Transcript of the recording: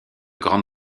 grande